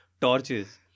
torches